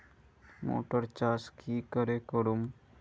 Motor चास की करे करूम?